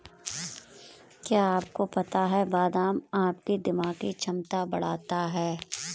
क्या आपको पता है बादाम आपकी दिमागी क्षमता बढ़ाता है?